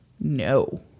No